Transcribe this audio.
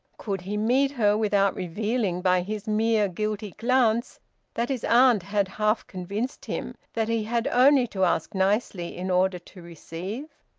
could he meet her without revealing by his mere guilty glance that his aunt had half convinced him that he had only to ask nicely in order to receive?